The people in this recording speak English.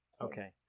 Okay